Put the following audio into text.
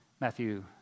Matthew